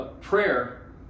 prayer